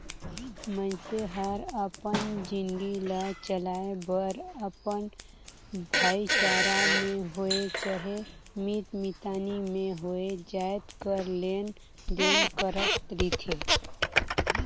मइनसे हर अपन जिनगी ल चलाए बर अपन भाईचारा में होए चहे मीत मितानी में होए जाएत कर लेन देन करत रिथे